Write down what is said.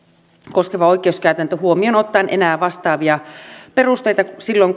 koskeva oikeuskäytäntö huomioon ottaen enää vastaavia perusteita kuin silloin